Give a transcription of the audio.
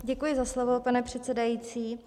Děkuji za slovo, pane předsedající.